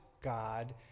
God